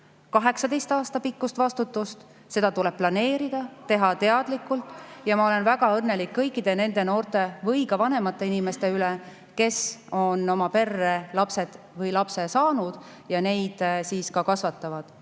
18 aastat kestvat vastutust. Seda tuleb planeerida, teha teadlikult (Saalist hõigatakse midagi.) ja ma olen väga õnnelik kõikide nende noorte või ka vanemate inimeste üle, kes on oma perre lapsed või lapse saanud ja neid siis ka kasvatavad.